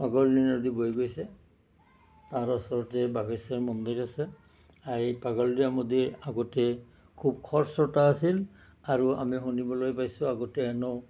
পাগলাদিয়া নদী বৈ গৈছে তাৰ ওচৰতে বাঘেশ্বৰ মন্দিৰ আছে এই পাগলাদিয়া নদী আগতে খুব খৰশ্ৰোতা আছিল আৰু আমি শুনিবলৈ পাইছোঁ আগতে হেনো